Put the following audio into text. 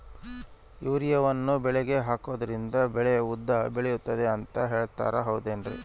ಯೂರಿಯಾವನ್ನು ಬೆಳೆಗೆ ಹಾಕೋದ್ರಿಂದ ಬೆಳೆ ಉದ್ದ ಬೆಳೆಯುತ್ತೆ ಅಂತ ಹೇಳ್ತಾರ ಹೌದೇನ್ರಿ?